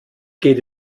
geht